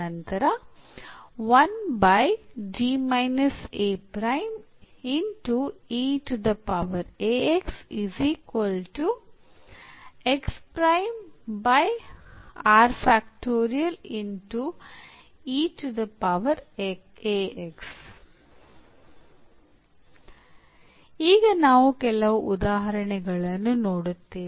ನಂತರ ನಾವು ಈಗ ಕೆಲವು ಉದಾಹರಣೆಗಳನ್ನು ನೋಡುತ್ತೇವೆ